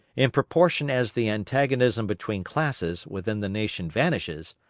in proportion as the antagonism between classes within the nation vanishes,